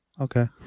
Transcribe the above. Okay